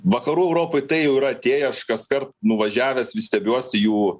vakarų europoj tai jau yra atėję aš kaskart nuvažiavęs vis stebiuosi jų